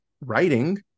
writing